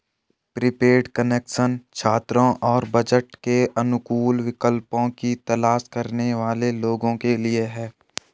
prepaid connection छात्रों और budget के अनुकूल विकल्पों की तलाश करने वाले लोगों के लिए है